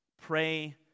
pray